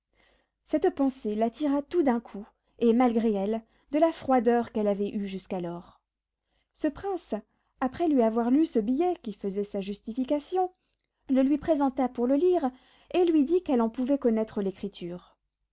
cette pensée la tira tout d'un coup et malgré elle de là froideur qu'elle avait eue jusqu'alors ce prince après lui avoir lu ce billet qui faisait sa justification le lui présenta pour le lire et lui dit qu'elle en pouvait connaître l'écriture